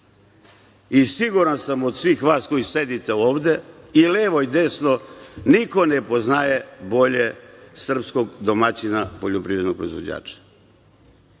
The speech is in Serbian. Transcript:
i siguran sam od svih vas koji sedite ovde, i levo i desno, niko ne poznaje bolje srpskog domaćina, poljoprivrednog proizvođača.